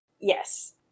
Yes